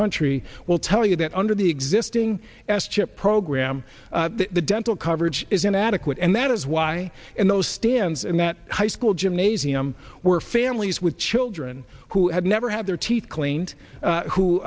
country will tell you that under the existing s chip program the dental coverage is inadequate and that is why in those stands and that high school gymnasium where families with children who had never had their teeth cleaned